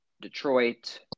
Detroit